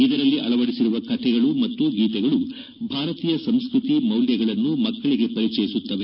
ಇದರಲ್ಲಿ ಅಳವಡಿಸಿರುವ ಕತೆಗಳು ಮತ್ತು ಗೀತೆಗಳು ಭಾರತೀಯ ಸಂಸ್ಕೃತಿ ಮೌಲ್ಯಗಳನ್ನು ಮಕ್ಕಳಗೆ ಪರಿಚಯಿಸುತ್ತವೆ